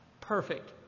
Perfect